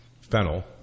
fennel